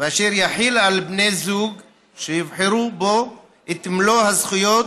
ואשר יחיל על בני זוג שיבחרו בו את מלוא הזכויות